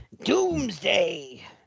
doomsday